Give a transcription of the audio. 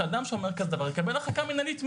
שאדם שאומר כזה דבר יקבל הרחקה מינהלית מיידית,